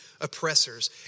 oppressors